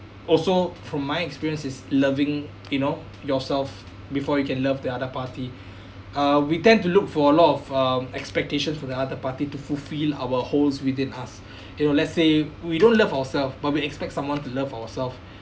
also from my experience is loving you know yourself before you can love the other party uh we tend to look for a lot of um expectations for the other party to fulfil our holds within us you know let's say we don't love ourself but we expect someone to love ourself